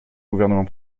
gouvernement